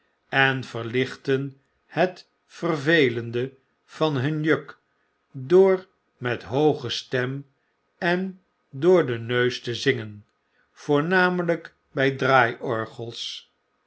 en verlicbten het vervelende vanhunjjik door met hooge stem en door den neus te zingen voornamelijk bij